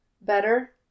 Better